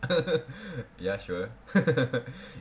ya sure